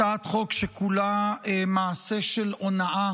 הצעת חוק שכולה מעשה של הונאה